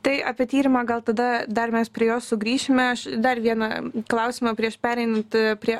tai apie tyrimą gal tada dar mes prie jo sugrįšime aš dar vieną klausimą prieš pereinant prie